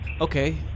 Okay